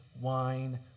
wine